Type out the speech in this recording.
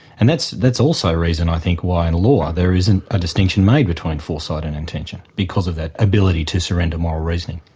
and that's that's also reason i think why in and law there isn't a distinction made between foresight and intention, because of that ability to surrender moral reasoning.